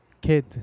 kid